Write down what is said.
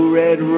red